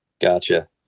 Gotcha